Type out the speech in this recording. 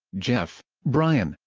jeff, brian,